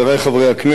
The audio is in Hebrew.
סגנית השר,